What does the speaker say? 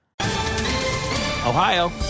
Ohio